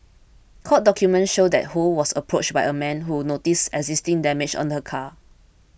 court documents showed that Ho was approached by a man who noticed existing damage on her car